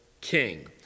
king